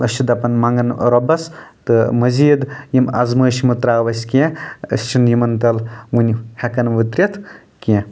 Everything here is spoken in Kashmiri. أسۍ چھِ دپان منٛگان رۄبس تہٕ مٔزیٖد یِم ازمٲیشہِ مہ ترٛاو اسہِ کینٛہہ أسۍ چھِنہٕ یِمن تل وُنہِ ہٮ۪کان وُترِتھ کینٛہہ